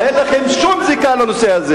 אין לכם שום זיקה לנושא.